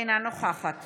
אינה נוכחת